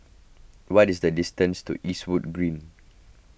what is the distance to Eastwood Green